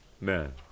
man